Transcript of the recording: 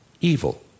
evil